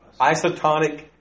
isotonic